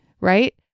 right